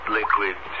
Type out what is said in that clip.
liquid